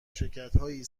شرکتهایی